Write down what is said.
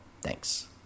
Thanks